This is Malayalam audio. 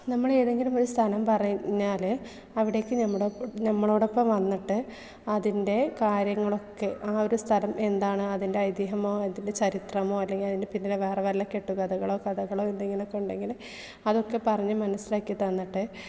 നമ്മൾ ഏതെങ്കിലും ഒരു സ്ഥാനം പറഞ്ഞാൽ അവിടേക്ക് നമ്മുടെ നമ്മളോടൊപ്പം വന്നിട്ട് അതിൻ്റെ കാര്യങ്ങളൊക്കെ ആ ഒരു സ്ഥലം എന്താണ് അതിൻ്റെ ഐതിഹ്യമോ അതിൻ്റെ ചരിത്രമോ അല്ലെങ്കിൽ അതിന്റെ പിന്നിലെ വേറെ വല്ല കെട്ടുകഥകളോ കഥകളോ എന്തെങ്കിലൊക്കെ ഉണ്ടെങ്കിൽ അതൊക്കെ പറഞ്ഞു മനസ്സിലാക്കി തന്നിട്ടേ